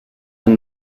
ein